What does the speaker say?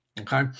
Okay